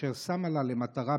אשר שמה לה למטרה,